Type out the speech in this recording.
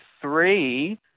three